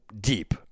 deep